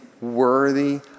worthy